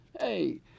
hey